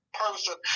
person